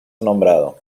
nombrado